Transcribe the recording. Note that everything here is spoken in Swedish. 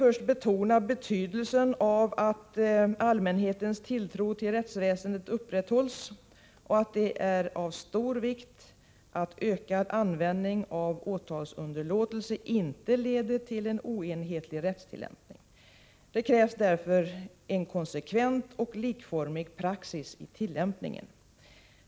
Först betonar man betydelsen av att allmänhetens tilltro till rättsväsendet upprätthålls och säger att det är av stor vikt att ökad användning av åtalsunderlåtelse inte leder till en oenhetlig rättstillämpning. Därför krävs en konsekvent och likformig praxis i tillämpningen.